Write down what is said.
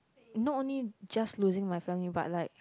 not only just losing my family but like